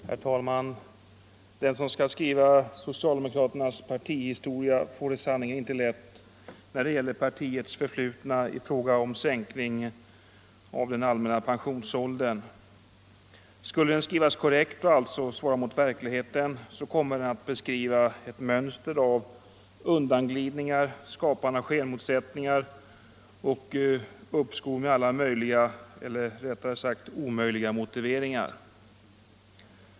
Herr talman! Den som skall skriva socialdemokraternas partihistoria får det sannerligen inte lätt när det gäller partiets förflutna i fråga om sänkning av den allmänna pensionsåldern. Skulle den skrivas korrekt och alltså svara mot verkligheten, så kommer den att återge ett mönster av undanglidningar, skapande av skenmotsättningar och uppskov med alla möjliga eller rättare sagt omöjliga motiveringar.